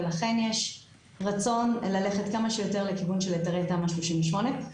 ולכן יש רצון ללכת כמה שיותר לכיוון של היתרי תמ"א 38,